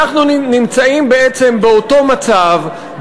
אנחנו נמצאים בעצם באותו מצב,